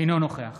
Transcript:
אינו נוכח